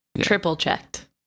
triple-checked